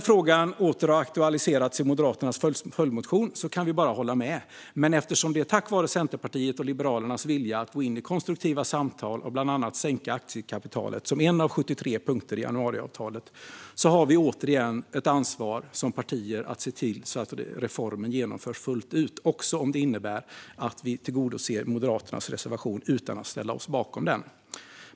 Frågan har aktualiserats i Moderaternas följdmotion, och vi kan bara hålla med, men eftersom det är tack vare Centerpartiets och Liberalernas vilja att gå in i konstruktiva samtal och bland annat sänka aktiekapitalet som en av 73 punkter i januariavtalet har vi återigen ett ansvar som partier att se till att reformen genomförs fullt ut, också om det innebär att vi tillgodoser Moderaternas reservation utan att ställa oss bakom den.